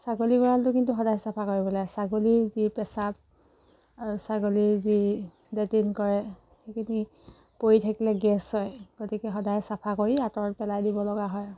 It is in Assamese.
ছাগলী গঁৰালটো কিন্তু সদায় চাফা কৰিব লাগে ছাগলীৰ যি পেচাব আৰু ছাগলীৰ যি লেটিন কৰে সেইখিনি পৰি থাকিলে গেছ হয় গতিকে সদায় চাফা কৰি আঁতৰত পেলাই দিব লগা হয়